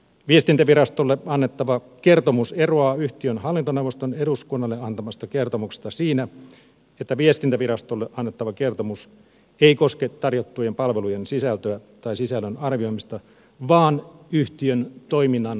viestintävirastolle annettava kertomus eroaa yhtiön hallintoneuvoston eduskunnalle antamasta kertomuksesta siinä että viestintävirastolle annettava kertomus ei koske tarjottujen palveluiden sisältöä tai sisällön arvioimista vaan yhtiön toiminnan lainmukaisuutta